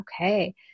okay